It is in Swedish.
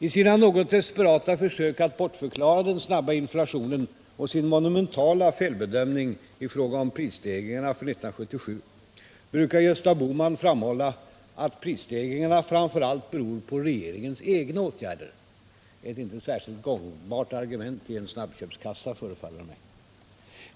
I sina något desperata försök att bortförklara den snabba inflationen och sin monumentala felbedömning i fråga om prisstegringarna för 1977 brukar Gösta Bohman framhålla att prisstegringarna framför allt beror på regeringens egna åtgärder — ett inte särskilt gångbart argument i en snabbköpskassa, förefaller det mig.